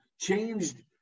changed